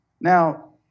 Now